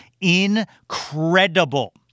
incredible